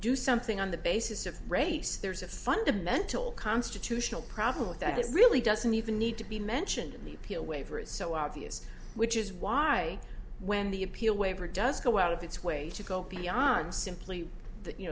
do something on the basis of race there's a fundamental constitutional problem with that it really doesn't even need to be mentioned in the appeal waiver is so obvious which is why when the appeal waiver does go out of its way to go beyond simply you